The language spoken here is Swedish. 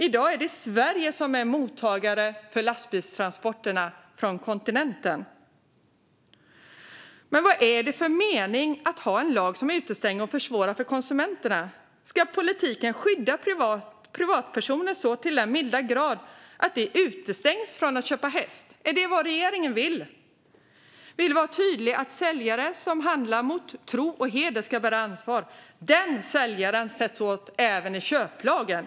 I dag är det Sverige som är mottagare av lastbilstransporterna från kontinenten. Men vad är det för mening med att ha en lag som utestänger och försvårar för konsumenterna? Ska politiken skydda privatpersoner så till den milda grad att de utestängs från att köpa häst? Är det vad regeringen vill? Jag vill vara tydlig med att en säljare som handlat mot tro och heder ska bära ansvar. Den säljaren sätts åt även i köplagen.